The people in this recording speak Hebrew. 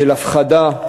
של הפחדה,